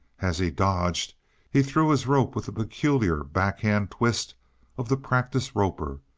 as he dodged he threw his rope with the peculiar, back-hand twist of the practiced roper,